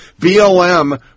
BLM